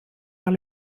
vers